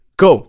go